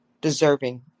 deserving